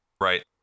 Right